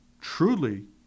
truly